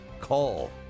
call